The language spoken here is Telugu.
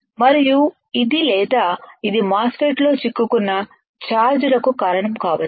మరియు ఇది లేదా ఇది మాస్ ఫెట్ లో చిక్కుకున్న ఛార్జ్ లకు కారణం కావచ్చు